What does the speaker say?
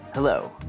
Hello